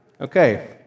Okay